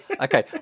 Okay